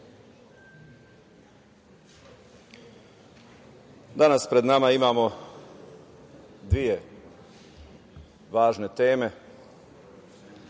danas pred nama imamo dve važne teme